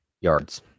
yards